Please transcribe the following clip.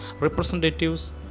representatives